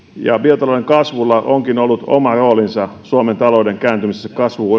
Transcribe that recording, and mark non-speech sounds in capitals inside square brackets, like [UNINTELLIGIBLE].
ja biotalouden kasvulla onkin ollut oma roolinsa suomen talouden kääntymisessä kasvu [UNINTELLIGIBLE]